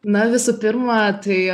na visų pirma tai